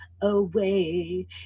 away